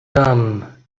dame